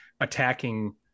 attacking